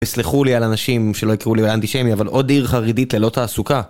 יסלחו לי על אנשים שלא יקראו לי אנטישמי, אבל עוד עיר חרדית ללא תעסוקה.